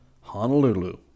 Honolulu